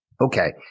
Okay